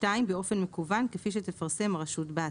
באופן מקוון, כפי שתפרסם הרשות באתר.